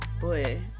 boy